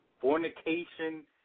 fornication